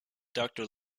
doctor